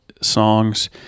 songs